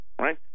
Right